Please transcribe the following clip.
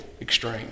extreme